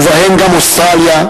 ובהן גם אוסטרליה,